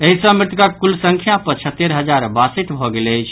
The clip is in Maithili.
एहि सँ मृतकक कुल संख्या पचहत्तरि हजार बासठि भऽ गेल अछि